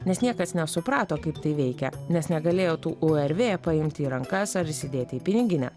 nes niekas nesuprato kaip tai veikia nes negalėjo tų u er vė paimti į rankas ar įsidėti į piniginę